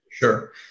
Sure